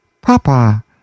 papa